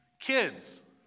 Kids